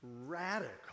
radical